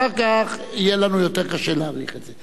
אחר כך יהיה לנו יותר קשה להאריך את זה.